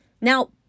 Now